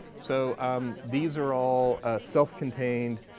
so um these are all self-contained,